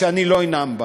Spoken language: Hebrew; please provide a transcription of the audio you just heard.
שאני לא אנאם עליה.